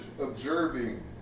observing